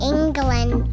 England